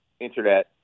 internet